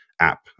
app